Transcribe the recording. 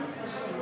3